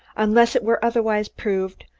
unless it were otherwise proved,